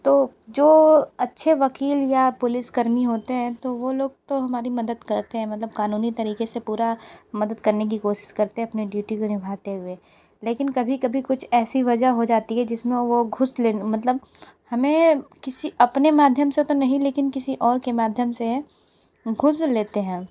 तो जो अच्छे वकील या पुलिसकर्मी होते हैं तो वो लोग तो हमारी मदद करते हैं मतलब कानूनी तरीके से पूरा मदद करने की कोशिश करते हैं अपनी ड्यूटी को निभाते हुए लेकिन कभी कभी कुछ ऐसी वजह हो जाती है जिसमें वो घूस ले मतलब हमें किसी अपने माध्यम से तो नहीं लेकिन किसी और के माध्यम से है घूस लेते हैं